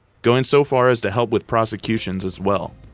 going so far as to help with prosecutions as well.